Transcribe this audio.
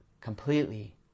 completely